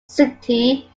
city